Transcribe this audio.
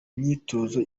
myitozo